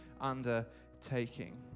undertaking